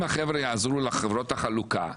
אם החבר'ה יעזרו לחברות החלוקה,